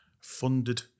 funded